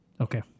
Okay